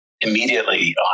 Immediately